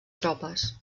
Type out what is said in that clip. tropes